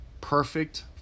perfect